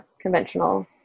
Conventional